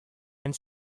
and